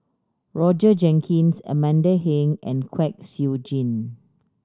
Roger Jenkins Amanda Heng and Kwek Siew Jin